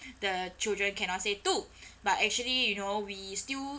the children cannot say two but actually you know we still